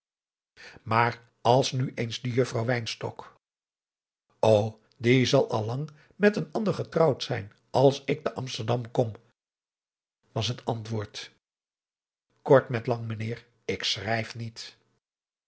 maar als nu eens die juffrouw wynstok o die zal al lang met een ander getrouwd zijn als ik te amsterdam kom was het antwoord kort met lang mijnheer ik schrijf niet